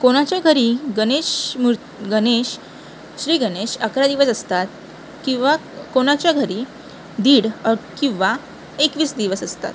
कोणाच्या घरी गणेश मूर गणेश श्री गणेश अकरा दिवस असतात किंवा कोणाच्या घरी दीड किंवा एकवीस दिवस असतात